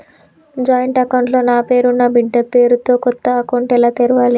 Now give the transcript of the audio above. Joint account లో నా పేరు నా బిడ్డే పేరు తో కొత్త ఖాతా ఎలా తెరవాలి?